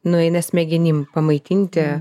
nueina smegenim pamaitinti